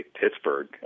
Pittsburgh